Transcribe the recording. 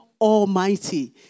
almighty